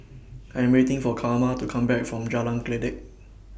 I Am waiting For Karma to Come Back from Jalan Kledek